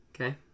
Okay